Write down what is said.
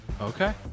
Okay